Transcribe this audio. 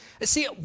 see